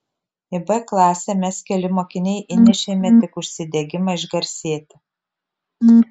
į b klasę mes keli mokiniai įnešėme tik užsidegimą išgarsėti